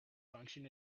function